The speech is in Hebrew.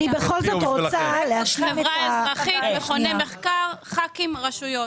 חברה אזרחית, מכוני מחקר, ח"כים, רשויות.